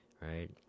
Right